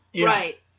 Right